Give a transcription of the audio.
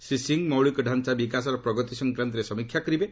ଶ୍ରୀ ସିଂ ମୌଳିକଡାଞ୍ଚା ବିକାଶର ପ୍ରଗତି ସଂକ୍ରାନ୍ତରେ ସମୀକ୍ଷା କରିବେ